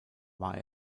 war